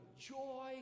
joy